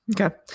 Okay